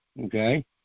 okay